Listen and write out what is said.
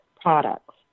products